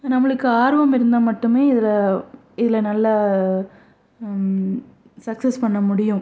நம்மளுக்கு ஆர்வம் இருந்தால் மட்டுமே இதில் இதில் நல்ல சக்ஸஸ் பண்ண முடியும்